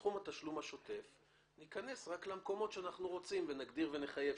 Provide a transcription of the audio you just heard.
בסכום התשלום השוטף ניכנס רק למקומות שאנחנו רוצים ושם נגדיר ונחייב.